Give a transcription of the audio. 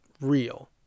real